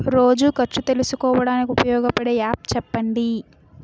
రోజు ఖర్చు తెలుసుకోవడానికి ఉపయోగపడే యాప్ చెప్పండీ?